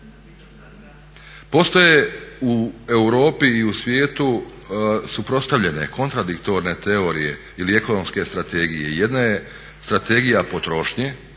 Postoje u Europi i u svijetu suprotstavljene, kontradiktorne teorije ili ekonomske strategije. Jedna je strategija potrošnje